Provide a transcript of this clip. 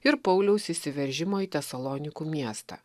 ir pauliaus įsiveržimo į tesalonikų miestą